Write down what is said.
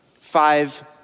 five